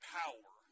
power